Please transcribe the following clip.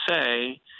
say